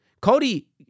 Cody